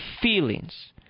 feelings